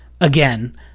again